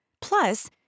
Plus